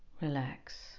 relax